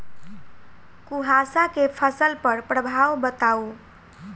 कुहासा केँ फसल पर प्रभाव बताउ?